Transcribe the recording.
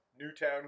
Newtown